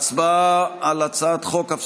להצבעה בעניין חוק-יסוד: הכנסת (תיקון,